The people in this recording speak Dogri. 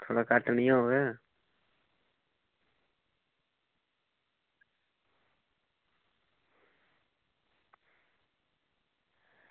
थोह्ड़ा घट्ट निं होग